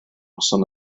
noson